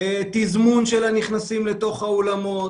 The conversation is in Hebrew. תזמון של הנכנסים לתוך האולמות.